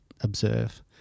observe